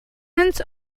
hints